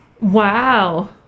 Wow